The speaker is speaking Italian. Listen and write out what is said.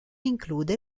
include